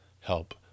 help